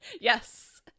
Yes